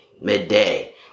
midday